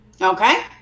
Okay